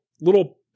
little